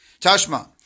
Tashma